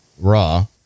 raw